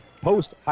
post